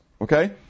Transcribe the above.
okay